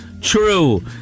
true